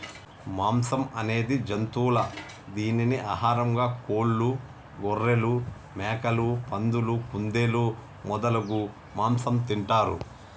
మాంసం అనేది జంతువుల దీనిని ఆహారంగా కోళ్లు, గొఱ్ఱెలు, మేకలు, పందులు, కుందేళ్లు మొదలగు మాంసం తింటారు